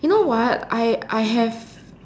you know what I I have